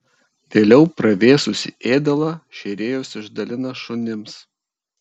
vėliau pravėsusį ėdalą šėrėjos išdalija šunims